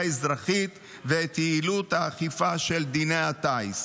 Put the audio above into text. האזרחית ואת יעילות האכיפה של דיני הטיס.